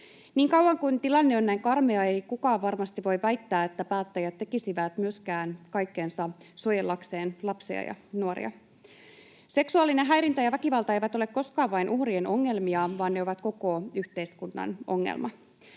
Niin kauan kuin tilanne on näin karmea, ei kukaan varmasti voi myöskään väittää, että päättäjät tekisivät kaikkensa suojellakseen lapsia ja nuoria. Seksuaalinen häirintä ja väkivalta eivät ole koskaan vain uhrien ongelmia, vaan ne ovat koko yhteiskunnan ongelma.